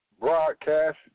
broadcast